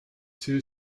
two